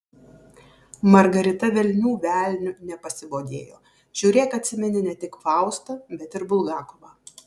margarita velnių velniu nepasibodėjo žiūrėk atsimeni ne tik faustą bet ir bulgakovą